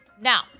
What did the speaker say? Now